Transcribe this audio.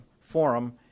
forum